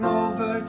over